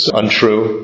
untrue